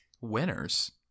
winners